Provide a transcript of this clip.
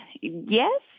Yes